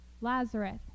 Lazarus